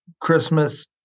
Christmas